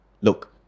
look